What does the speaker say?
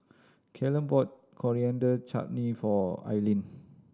Callum bought Coriander Chutney for Ailene